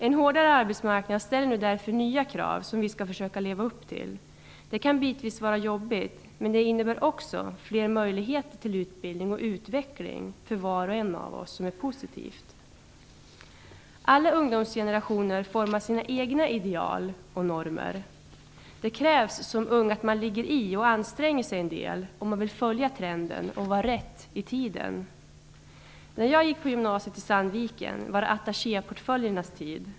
En hårdare arbetsmarknad ställer därför nya krav, som vi skall försöka leva upp till. Det kan givetvis vara jobbigt, men det innebär fler möjligheter till utbildning och till utveckling för var och en av oss som är positivt inställd. Alla ungdomsgenerationer formar sina egna ideal och normer. Det krävs att man som ung ligger i och anstränger sig en del, om man vill följa trenden och ligga rätt i tiden. När jag gick på gymnasiet i Sandviken var det attachéportföljernas tid.